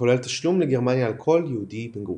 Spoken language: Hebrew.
וכולל תשלום לגרמניה על כל יהודי מגורש.